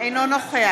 אינו נוכח